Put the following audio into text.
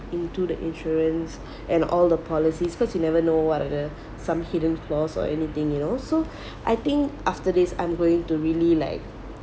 into the insurance and all the policies cause you never know what are the some hidden clause or anything you know so I think after this I'm going to really like